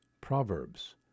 Proverbs